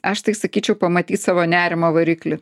aš tai sakyčiau pamatyt savo nerimą variklį